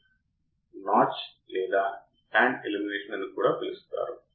input offset voltage Vios ద్వారా సూచించబడుతుంది